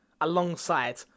alongside